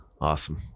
Awesome